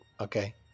okay